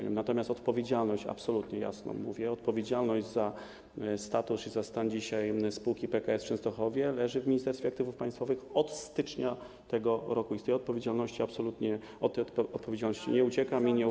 Natomiast odpowiedzialność, absolutnie jasno mówię, odpowiedzialność za status i za stan dzisiaj spółki PKS w Częstochowie leży w Ministerstwie Aktywów Państwowych od stycznia tego roku i od tej odpowiedzialności absolutnie nie uciekam i nie uchylam się od niej.